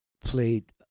played